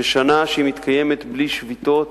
ששנת לימודים שמתקיימת בלי שביתות